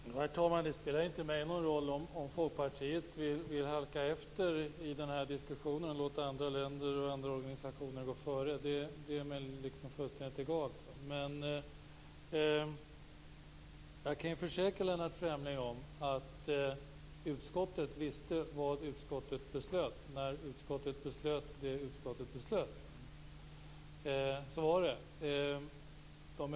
Herr talman! Det spelar ju inte mig någon roll om Folkpartiet vill halka efter i den här diskussion och låta andra länder och organisationer gå före. Det är mig fullständigt egalt. Jag kan försäkra Lennart Fremling att utskottet visste vad utskottet beslöt när utskottet beslöt det som utskottet beslöt. Så var det.